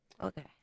Okay